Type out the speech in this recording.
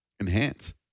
enhance